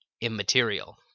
immaterial